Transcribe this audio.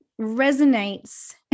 resonates